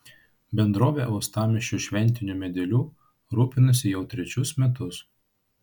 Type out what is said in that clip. bendrovė uostamiesčio šventiniu medeliu rūpinasi jau trečius metus